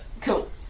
Cool